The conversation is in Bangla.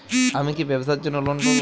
আমি কি ব্যবসার জন্য লোন পাব?